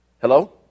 Hello